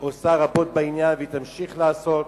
עושה רבות בעניין ותמשיך לעשות,